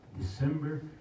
December